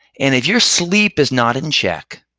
and if your sleep is not in check,